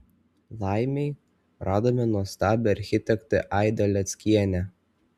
laimei radome nuostabią architektę aidą leckienę